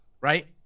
right